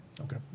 Okay